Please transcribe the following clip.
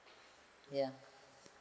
ya